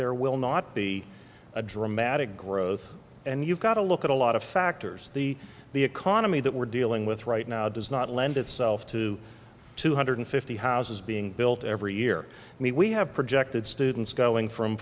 there will not be a dramatic growth and you've got to look at a lot of factors the the economy that we're dealing with right now does not lend itself to two hundred fifty houses being built every year i mean we have projected students going from